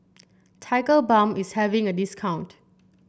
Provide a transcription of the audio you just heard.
Tigerbalm is having a discount